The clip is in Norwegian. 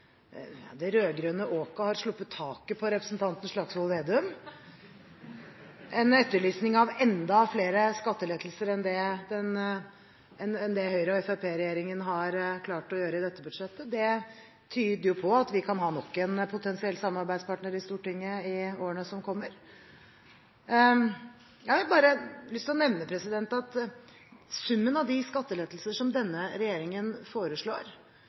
gjøre i dette budsjettet, tyder jo på at vi kan ha nok en potensiell samarbeidspartner i Stortinget i årene som kommer. Jeg har bare lyst til å nevne at summen av de skattelettelser som denne regjeringen foreslår,